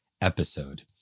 episode